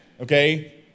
okay